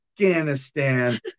Afghanistan